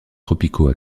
tropicaux